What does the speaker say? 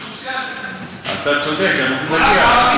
יש, עובדים סוציאליים.